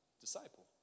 Disciple